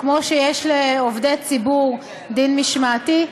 כמו שיש לעובדי ציבור דין משמעתי,